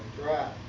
right